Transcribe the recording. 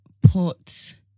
Put